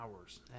hours